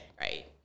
Right